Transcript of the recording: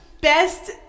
best